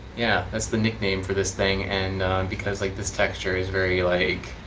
yeah, that's the nickname for this thing and because like this texture is very like